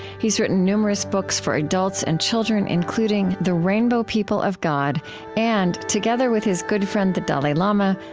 he has written numerous books for adults and children including the rainbow people of god and, together with his good friend the dalai lama,